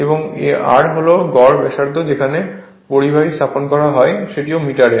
এবং r হল গড় ব্যাসার্ধ যেখানে পরিবাহী স্থাপন করা হয় সেটিও মিটার